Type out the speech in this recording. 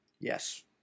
Yes